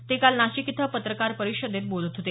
ते काल नाशिक इथं पत्रकार परिषदेत बोलत होते